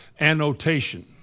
annotation